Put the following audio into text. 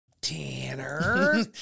Tanner